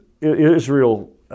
Israel